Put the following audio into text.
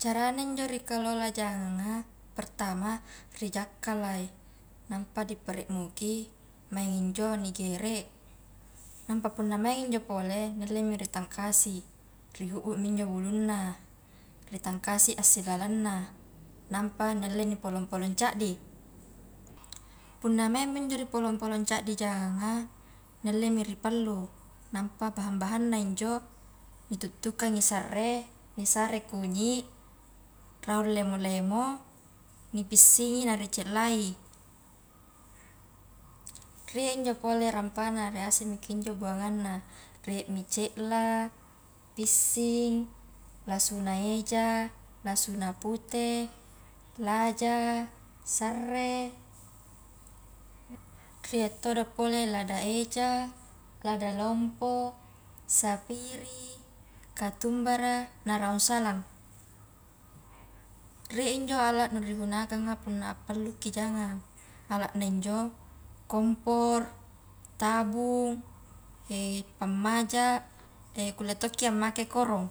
Carana injo rikalola janganga pertama rijakkalai, nampa di parenguki mangi injo ni gere nampa punna maingi injo pole nallemi ri tangkasi rihubbumi hulunna ritangkasi assi lalanna, nampa ialle ni polong-polong caddi, punna maingmi injo ni polong-polong caddi janganga nillemi ri pallu nampa bahan-bahanna injo nituttukangi sarre, nisare kunyi, raung lemo-lemo, nipissingi na ri cellai, rie injo pole rampana rie ase mi kinjo buanganna, riemi cela, pissing, lasuna eja, lasuna pute, laja, sarre, rie todo pole lada eja, lada lompo, sapiri, katumbara na raung salam, ria injo alat nu nigunakanga punna appalluki jagang, ala na injo kompor, tabung, pammaja, kulle tokki ammake korong,